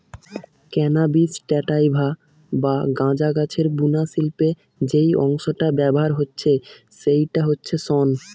cannabis sativa বা গাঁজা গাছের বুনা শিল্পে যেই অংশটা ব্যাভার হচ্ছে সেইটা হচ্ছে শন